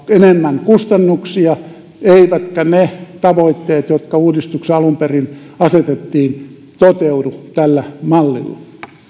enemmän kustannuksia eivätkä ne tavoitteet jotka uudistukselle alun perin asetettiin toteudu tällä mallilla